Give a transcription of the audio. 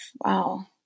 Wow